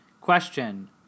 Question